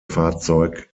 fahrzeug